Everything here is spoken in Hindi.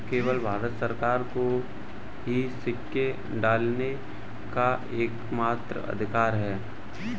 केवल भारत सरकार को ही सिक्के ढालने का एकमात्र अधिकार है